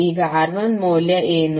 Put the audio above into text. ಈಗ R1 ಮೌಲ್ಯ ಏನು